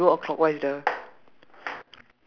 no no no we go clockwise ah